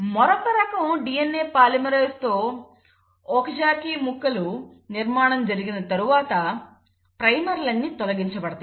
మరొక రకం DNA polymerase తో ఒకజాకి ముక్కల నిర్మాణం జరిగిన తరువాత ప్రైమర్ లన్నీ తొలగించబడతాయి